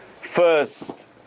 First